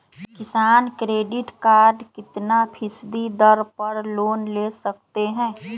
किसान credit card कितना फीसदी दर पर लोन ले सकते हैं?